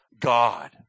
God